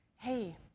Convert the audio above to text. Hey